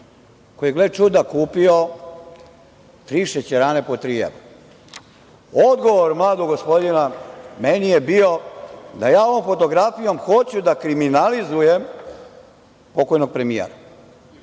koji je, gle čuda, kupio tri šećerane po tri evra. Odgovor mladog gospodina meni je bio da ja ovom fotografijom hoću da kriminalizujem pokojnog premijera.